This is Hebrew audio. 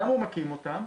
למה הוא מקים אותם?